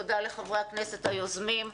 תודה לחברי הכנסת היוזמים.